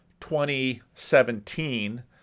2017